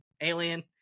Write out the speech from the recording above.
Alien